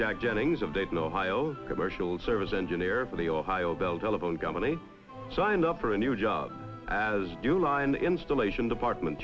jack jennings of dayton ohio commercial service engineer for the ohio bell telephone company signed up for a new job as an installation department